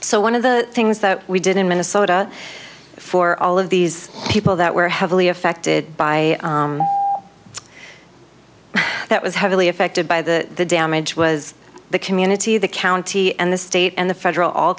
so one of the things that we did in minnesota for all of these people that were heavily affected by that was heavily affected by the damage was the community the county and the state and the federal all